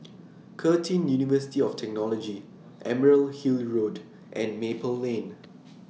Curtin University of Technology Emerald Hill Road and Maple Lane